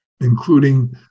including